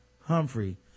Humphrey